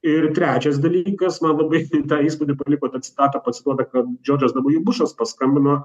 ir trečias dalykas man labai rimtą įspūdį paliko ta citata pacituota kad džordžas bušas paskambino